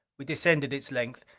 we descended its length,